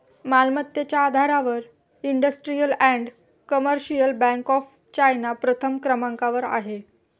मालमत्तेच्या आधारावर industrial and commercial bank of China प्रथम क्रमांकावर आहे